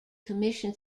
commission